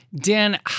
Dan